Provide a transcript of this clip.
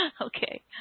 Okay